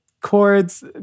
chords